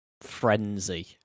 frenzy